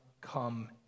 come